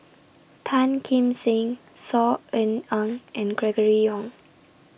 Tan Kim Seng Saw Ean Ang and Gregory Yong